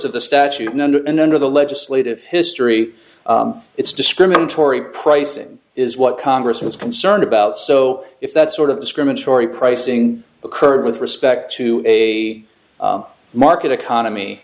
of the statute and under and under the legislative history it's discriminatory pricing is what congress was concerned about so if that sort of discriminatory pricing occurred with respect to a market economy